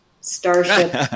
Starship